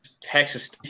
Texas